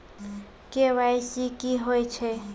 KYC की होय छै?